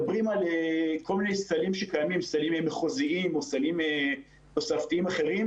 מדברים על כל מיני סלים שקיימים: סלים מחוזיים או סלים תוספתיים אחרים